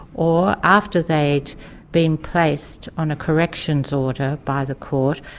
or after they'd been placed on a corrections order by the court,